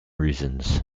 reasons